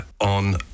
on